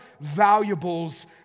valuables